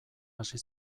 hasi